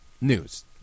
news